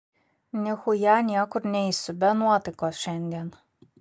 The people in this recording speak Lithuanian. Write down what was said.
nichuja niekur neisiu be nuotaikos šiandien